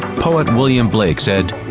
poet william blake said,